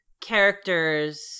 characters